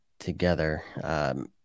together